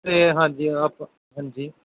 ਅਤੇ ਹਾਂਜੀ ਆਪਾਂ ਹਾਂਜੀ